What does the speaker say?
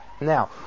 Now